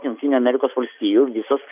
jungtinių amerikos valstijų visos